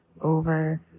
over